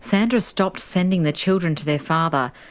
sandra stopped sending the children to their father,